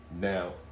Now